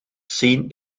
seen